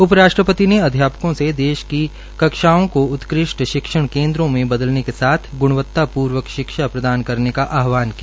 उप राष्टप्रति ने अध्यापकों से देश की कक्षाओं को उत्कृष्ट शिक्षण केन्द्रों मे बदलने के साथ ग्णवत्तापूर्वक शिक्षा प्रदान करने का आहवान किया